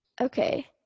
okay